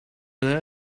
and